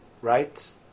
Right